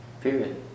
Period